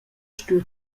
stuiu